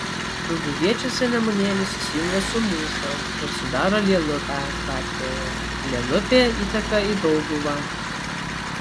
dauguviečiuose nemunėlis susijungia su mūša ir sudaro lielupę latvijoje lielupė įteka į dauguvą